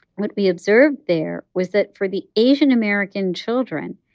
what we observed there was that for the asian american children,